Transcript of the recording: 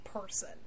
person